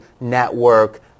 Network